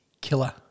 killer